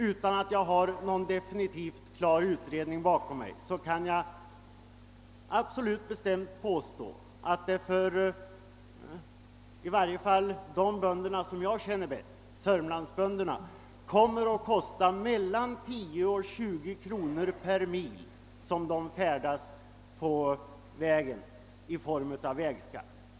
Utan att ha tillgång till någon klar utredning vågar jag bestämt påstå att det för de bönder som jag bäst känner, nämligen sörmlandsbönderna, kommer att kosta mel lan 10 och 20 kronor per mil i vägskatt att färdas med traktor på vägen.